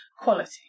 quality